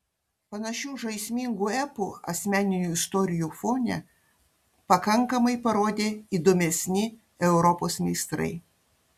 panašių žaismingų epų asmeninių istorijų fone pakankamai parodė įdomesni europos meistrai